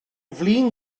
flin